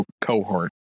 cohort